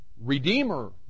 Redeemer